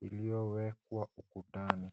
iliyowekwa ukutani.